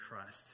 Christ